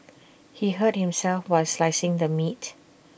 he hurt himself while slicing the meat